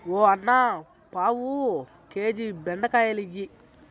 ఓ అన్నా, పావు కేజీ బెండకాయలియ్యి